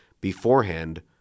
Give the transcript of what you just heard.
beforehand